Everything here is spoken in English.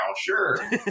Sure